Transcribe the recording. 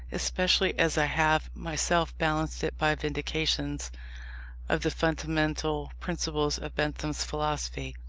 especially as i have myself balanced it by vindications of the fundamental principles of bentham's philosophy,